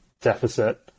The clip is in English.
deficit